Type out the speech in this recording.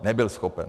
Nebyl schopen.